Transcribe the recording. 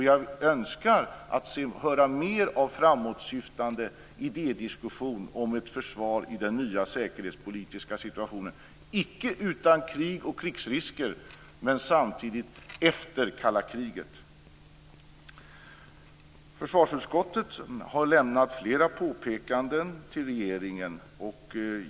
Jag önskar att få höra mer av framåtsyftande idédiskussion om ett försvar i den nya säkerhetspolitiska situationen - icke utan krig och krigsrisker men samtidigt efter kalla kriget. Försvarsutskottet har gjort flera påpekanden för regeringen.